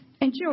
Enjoy